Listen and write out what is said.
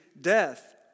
death